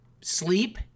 sleep